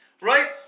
right